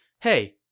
Hey